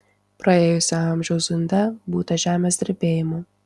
praėjusio amžiaus zunde būta žemės drebėjimų